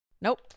Nope